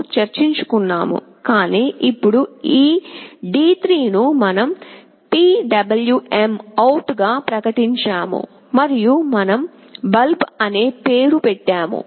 h ను చేర్చుకున్నాము కాని ఇప్పుడు ఈ D3 ను మనం PwmOut గా ప్రకటించాము మరియు మనం "బల్బ్" అనే పేరు పెట్టాము